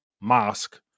Mosque